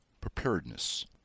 preparedness